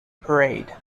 parade